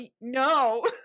no